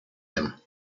him